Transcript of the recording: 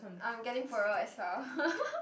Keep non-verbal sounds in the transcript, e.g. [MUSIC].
I am getting poorer as well [LAUGHS]